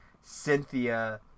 Cynthia